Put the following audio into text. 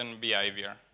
behavior